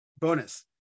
Bonus